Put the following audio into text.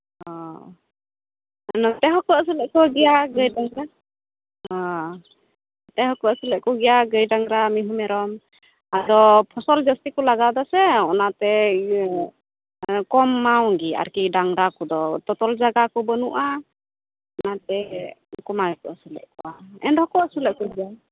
ᱚᱻ ᱱᱚᱛᱮ ᱦᱚᱸᱠᱚ ᱟᱹᱥᱩᱞᱮᱫ ᱠᱚᱜᱮᱭᱟ ᱜᱟᱹᱭ ᱰᱟᱝᱨᱟ ᱚᱻ ᱱᱚᱛᱮ ᱦᱚᱸᱠᱚ ᱟᱹᱥᱩᱞᱮᱫ ᱠᱚᱜᱮᱭᱟ ᱜᱟᱹᱭ ᱰᱟᱝᱨᱟ ᱢᱤᱦᱩ ᱢᱮᱨᱚᱢ ᱟᱫᱚ ᱯᱷᱚᱥᱚᱞ ᱡᱟᱹᱥᱛᱤ ᱠᱚ ᱞᱟᱜᱟᱣᱮᱫᱟ ᱥᱮ ᱚᱱᱟᱛᱮ ᱤᱭᱟᱹ ᱠᱚᱢᱟᱣ ᱜᱮ ᱟᱨᱠᱤ ᱰᱟᱝᱨᱟ ᱠᱚᱫᱚ ᱛᱚᱼᱛᱚᱞ ᱡᱟᱭᱜᱟ ᱠᱚ ᱵᱟᱹᱱᱩᱜᱼᱟ ᱚᱱᱟᱛᱮ ᱠᱚᱢᱟᱣ ᱜᱮᱠᱚ ᱟᱹᱥᱩᱞᱮᱫ ᱠᱚᱣᱟ ᱮᱱᱨᱮᱦᱚᱸ ᱠᱚ ᱟᱹᱥᱩᱞᱮᱫ ᱠᱚᱜᱮᱭᱟ